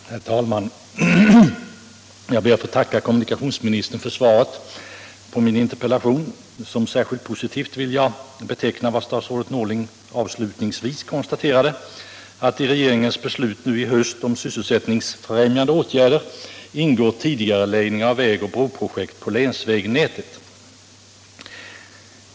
Herr talman! Jag ber att få tacka kommunikationsministern för svaret på min interpellation. Som särskilt positivt vill jag beteckna vad statsrådet Norling avslutningsvis konstaterade, att i regeringens beslut nu i höst om sysselsättningsfrämjande åtgärder ingår tidigareläggning av vägoch broprojekt på länsvägnätet.